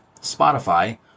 Spotify